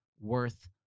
worth